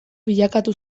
bilakatu